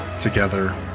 together